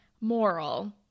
Moral